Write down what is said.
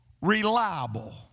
reliable